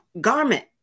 garment